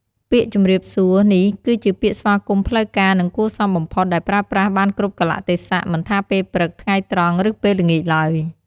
ពាក្យជម្រាបសួរ នេះគឺជាពាក្យស្វាគមន៍ផ្លូវការ និងគួរសមបំផុត ដែលប្រើប្រាស់បានគ្រប់កាលៈទេសៈ មិនថាពេលព្រឹក ថ្ងៃត្រង់ ឬពេលល្ងាចឡើយ។